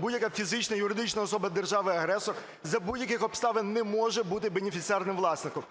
будь-яка фізична і юридична особа держави-агресора за будь-яких обставин не може бути бенефіціарним власником.